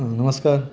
नमस्कार